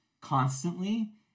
constantly